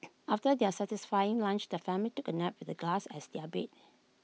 after their satisfying lunch the family took A nap with the grass as their bed